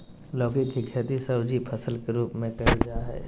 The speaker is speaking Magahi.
लौकी के खेती सब्जी फसल के रूप में कइल जाय हइ